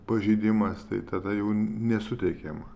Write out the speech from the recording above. pažeidimas tai tada jau nesuteikiam